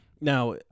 Now